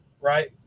right